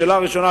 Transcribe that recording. לשאלה הראשונה,